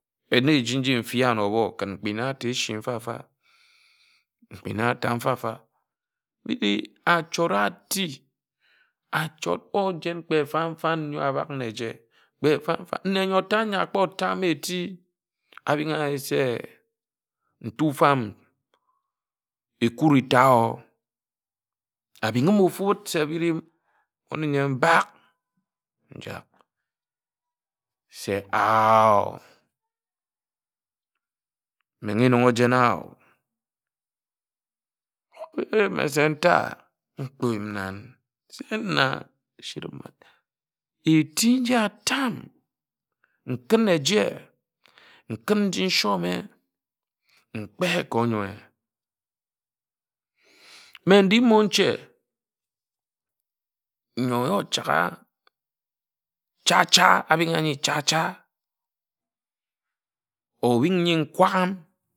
En eji nji mfi ano ōbo mkpina ta eshim fa-mbfa mkpina ta mfa-mfa achort āti achort ojen achort ojen kpe fan̄ fan̄ ńyo nne abak na eje nne n̄yo tad n̄yo akpo tame eti abiń-a-ye se ntufam Ekuri ita abin̄g me ofu bid mmone nyen bak njak se ah ah oh menghe nnon̄ ojena o mme se nta nkpo yim nan se eti nji ata mm nkún eje nkun nji nshome n̄kpe ka ōnyoe mme ndik monche nno ócha ga cha cha abin̄-a-ānyi cha cha obiń nyi n̄kwa gham.